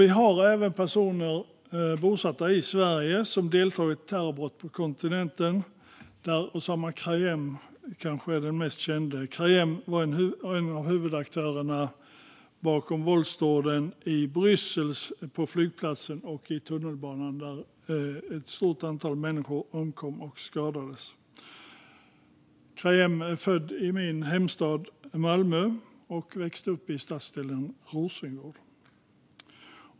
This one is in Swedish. Vi har även personer bosatta i Sverige som har deltagit i terrorbrott på kontinenten, varav Osama Krayem kanske är den mest kände. Krayem var en av huvudaktörerna bakom våldsdåden på flygplatsen och i tunnelbanan i Bryssel, där ett stort antal människor omkom och skadades. Krayem är född i min hemstad Malmö och växte upp i stadsdelen Rosengård.